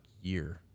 year